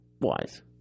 wise